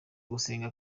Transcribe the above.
gusenga